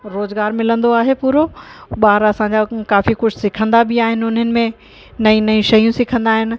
रोज़गारु मिलंदो आहे पूरो ॿार असांजा काफ़ी कुझु सिखंदा बि आहिनि उन्हनि में नईं नईं शयूं सिखंदा आहिनि